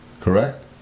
Correct